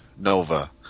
Nova